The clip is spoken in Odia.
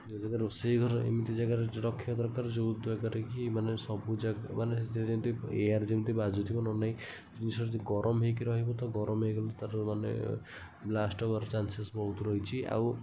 ଯେଉଁ ଜାଗାରେ ରୋଷେଇ ଘର ଏମିତି ଜାଗାରେ ରଖିବା ଦରକାର ଯେଉଁ ଜାଗାରେ କି ମାନେ ସବୁ ଜାଗ ମାନେ ଯେମତି ଏୟାର ଯେମତି ବାଜୁଥିବ ନହନେ ନାଇଁ ଜିନଷ ଯଦି ଗରମ ହୋଇକି ରହିବ ତ ଗରମ ହୋଇଗଲେ ତା'ର ମାନେ ବ୍ଲାଷ୍ଟ ହେବାର ଚାନ୍ସେସ ବହୁତ ରହିଛି ଆଉ